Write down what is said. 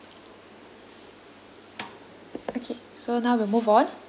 okay so now we move on